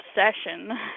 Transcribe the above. Obsession